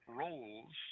roles